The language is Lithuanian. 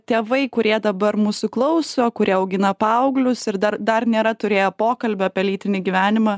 tėvai kurie dabar mūsų klauso kurie augina paauglius ir dar dar nėra turėję pokalbio apie lytinį gyvenimą